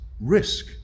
risk